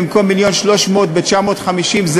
במקום 1.3 מיליון ב-950,000,